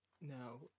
Now